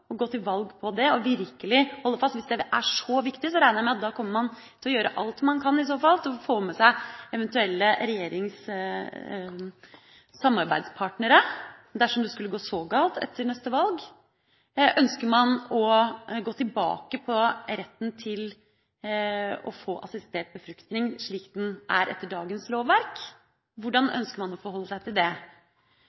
gå til valg på det og virkelig holde fast? Hvis det er så viktig, regner jeg med at man kommer til å gjøre alt man kan for å få med seg eventuelle regjeringssamarbeidspartnere – dersom det skulle gå så galt etter neste valg. Ønsker man å gå tilbake på retten til å få assistert befruktning slik den er etter dagens lovverk? Hvordan